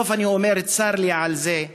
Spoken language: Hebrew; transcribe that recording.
בסוף אני אומר, צר לי על זה,